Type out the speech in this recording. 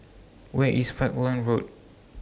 Where IS Falkland Road